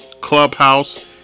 Clubhouse